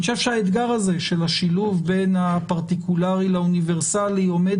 אני חושב שהאתגר של שילוב בין פרטיקולרי לאוניברסלי עומד